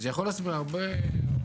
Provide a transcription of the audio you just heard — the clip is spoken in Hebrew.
זה יכול להסביר הרבה אופנים,